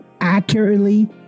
accurately